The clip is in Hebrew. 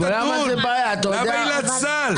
למה עילת סל?